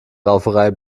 rauferei